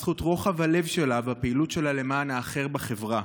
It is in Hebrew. בזכות רוחב הלב שלה והפעילות שלה למען האחר בחברה,